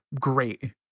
great